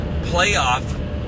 playoff